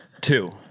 Two